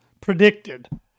predicted